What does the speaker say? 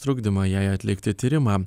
trukdymą jai atlikti tyrimą